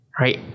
right